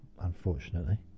unfortunately